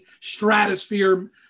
stratosphere